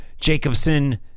Jacobson